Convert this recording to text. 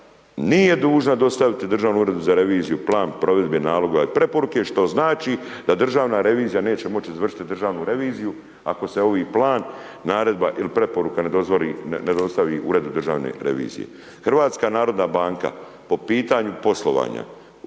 nije dužna dostaviti Državnom uredu za reviziju plan provedbe naloga i preporuke, što znači da Državna revizija neće moć izvršiti državnu reviziju ako se ovi plan, naredba ili preporuka ne dostavi uredu Državne revizije. HNB po pitanju poslovanja